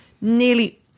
nearly